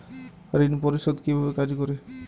ঋণ পরিশোধ কিভাবে কাজ করে?